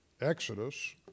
exodus